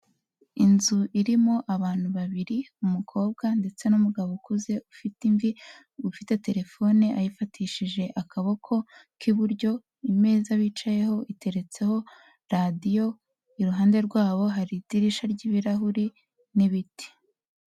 Inzu irimo abantu babiri, umukobwa ndetse n'umugabo ukuze ufite imvi, ufite terefone ayifatishije akaboko k'iburyo, imeza bicayeho iteretseho radiyo, iruhande rwabo hari idirishya ry'ibirahuri n'ibiti.